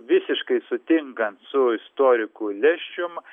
visiškai sutinkant su istoriku lesčium